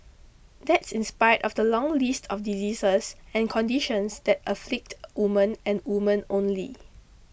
that's in spite of the long list of diseases and conditions that afflict women and women only